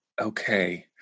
Okay